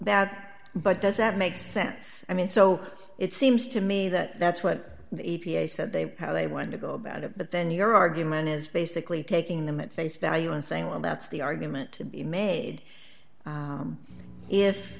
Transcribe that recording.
that but does that make sense i mean so it seems to me that that's what e p a said they how they want to go about it but then your argument is basically taking them at face value and saying well that's the argument to be made